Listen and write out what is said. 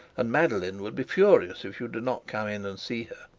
and madeline would be furious if you do not come in and see her.